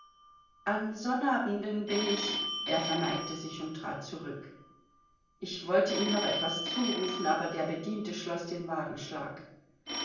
an samstagen bin ich er verneigte sich und trat zurück ich wollte ihm noch etwas zurufen aber der bediente schloß den wagenschlag